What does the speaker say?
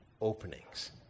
openings